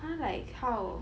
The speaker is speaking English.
!huh! like how